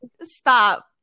stop